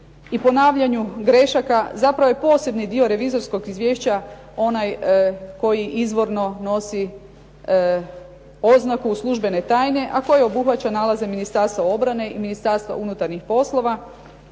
i ponavljanju grešaka zapravo je posebni dio revizorskog izvješća onaj koji izvorni nosi oznaku službene tajne, a koji obuhvaća nalaze Ministarstva obrane i Ministarstva unutarnjih poslova,